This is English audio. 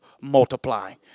multiplying